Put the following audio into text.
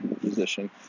position